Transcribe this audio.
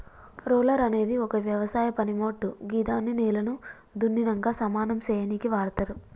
roller అనేది ఒక వ్యవసాయ పనిమోట్టు గిదాన్ని నేలను దున్నినంక సమానం సేయనీకి వాడ్తరు